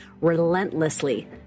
relentlessly